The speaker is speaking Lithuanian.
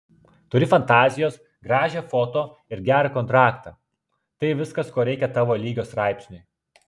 turi fantazijos gražią foto ir gerą kontraktą tai viskas ko reikia tavo lygio straipsniui